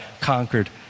conquered